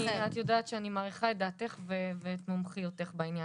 את יודעת שאני מעריכה את דעתך ואת מומחיותיך בעניין.